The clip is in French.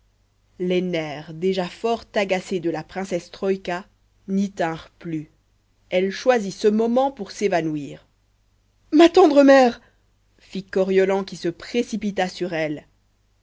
les nerfs déjà fort agacés de la princesse troïka n'y tinrent plus elle choisit ce moment pour s'évanouir ma tendre mère fit coriolan qui se précipita sur elle